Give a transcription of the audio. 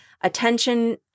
attention